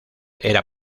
era